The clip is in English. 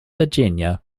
virginia